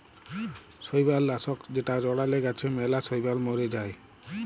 শৈবাল লাশক যেটা চ্ড়ালে গাছে ম্যালা শৈবাল ম্যরে যায়